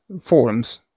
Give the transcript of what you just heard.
forums